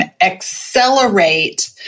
accelerate